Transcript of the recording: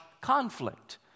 conflict